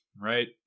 right